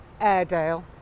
Airedale